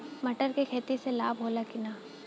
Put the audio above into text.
मटर के खेती से लाभ होला कि न?